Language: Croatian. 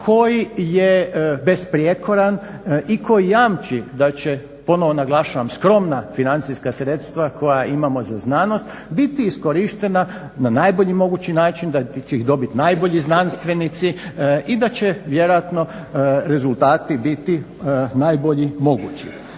koji je besprijekoran i koji jamči da će ponovno naglašavam skromna financijska sredstva koja imamo za znanost biti iskorištena na najbolji mogući način, da će ih dobiti najbolji znanstvenici i da će vjerojatno rezultati biti najbolji mogući.